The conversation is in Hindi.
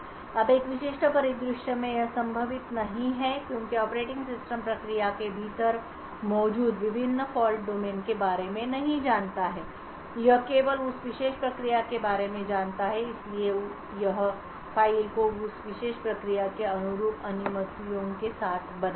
अब एक विशिष्ट परिदृश्य में यह संभव नहीं है क्योंकि ऑपरेटिंग सिस्टम प्रक्रिया के भीतर मौजूद विभिन्न फॉल्ट डोमेन के बारे में नहीं जानता है यह केवल उस विशेष प्रक्रिया के बारे में जानता है इसलिए यह फ़ाइल को उस विशेष प्रक्रिया के अनुरूप अनुमतियों के साथ बनाएगा